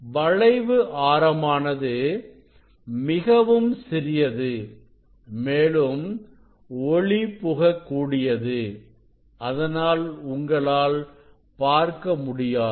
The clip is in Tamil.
வளைவு ஆரமானது மிகவும் சிறியது மேலும் ஒளி புக கூடியது அதனால் உங்களால் பார்க்க முடியாது